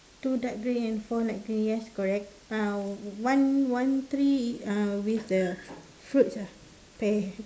two dark green and four light green yes correct ah one tree uh with the fruits ah pear